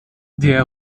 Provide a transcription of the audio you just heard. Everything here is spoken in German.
der